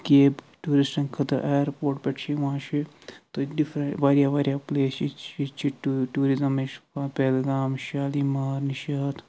cab ٹیٛوٗرِسٹَن خٲطرٕ airport پٮ۪ٹھ چھِ یِوان چھِ تُہۍ ڈِفرَ واریاہ واریاہ پُلیسِز چھِ ییٚتہِ ٹوٗ ٹیٛوٗرِزم یِوان چھِ پہلگام شالیٖمار نِشاط